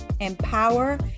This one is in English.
empower